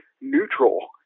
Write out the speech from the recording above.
neutral